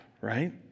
right